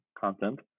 content